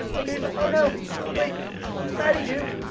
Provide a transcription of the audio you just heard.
okay. but oh no wait patty duke,